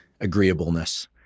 agreeableness